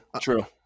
true